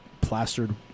plastered